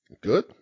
Good